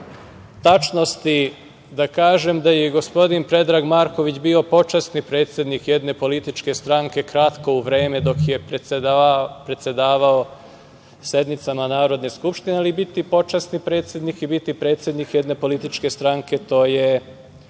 tačnosti, da kažem da je i gospodin Predrag Marković bio počasni predsednik jedne političke stranke, kratko, u vreme dok je predsedavao sednicama Narodne skupštine, ali biti počasni predsednik i biti predsednik jedne političke stranke nisu